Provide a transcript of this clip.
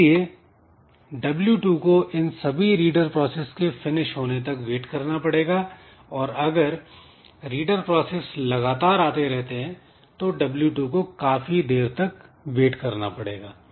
इसलिए w2 को इन सभी रीडर प्रोसेस के फिनिश होने तक वेट करना पड़ेगा और अगर रीडर प्रोसेस लगातार आते रहते हैं तो w2 को काफी देर तक वेट करना पड़ेगा